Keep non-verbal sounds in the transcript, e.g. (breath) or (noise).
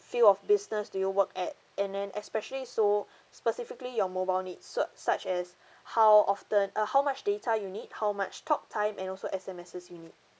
field of business do you work at and then especially so specifically your mobile needs su~ such as (breath) how often uh how much data you need how much talk time and also S_M_Ses you need